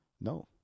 No